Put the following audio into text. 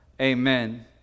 Amen